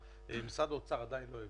משרד האוצר עדיין לא העביר.